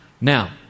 Now